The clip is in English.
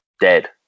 dead